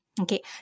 Okay